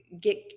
Get